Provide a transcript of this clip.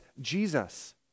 Jesus